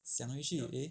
想回去 eh